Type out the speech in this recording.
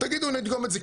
תגידו נדגום את זה,